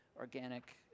organic